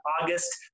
August